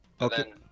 okay